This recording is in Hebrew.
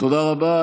תודה רבה.